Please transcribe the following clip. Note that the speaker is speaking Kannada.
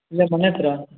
ಇಲ್ಲೇ ಮನೆ ಹತ್ರ